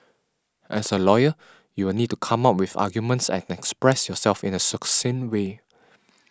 as a lawyer you'll need to come up with arguments express yourself in a succinct way